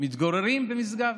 שמתגוררים במשגב.